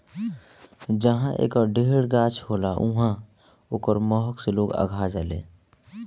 जहाँ एकर ढेर गाछ होला उहाँ ओकरा महक से लोग अघा जालें